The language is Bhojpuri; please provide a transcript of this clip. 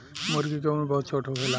मूर्गी के उम्र बहुत छोट होखेला